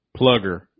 Plugger